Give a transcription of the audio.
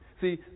see